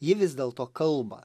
ji vis dėlto kalba